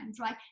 right